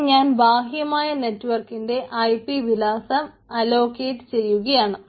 ഇനി ഞാൻ ബാഹ്യമായ നെറ്റുവർക്കിന്റെ ഐപി വിലാസം അലോക്കേറ്റു ചെയ്യുകയാണ്